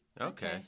Okay